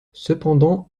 cependant